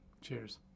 Cheers